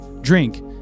drink